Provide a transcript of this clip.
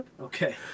Okay